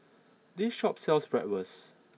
this shop sells Bratwurst